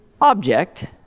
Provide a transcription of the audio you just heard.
object